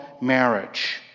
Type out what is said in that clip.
marriage